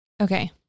okay